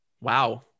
Wow